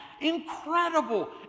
incredible